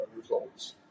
results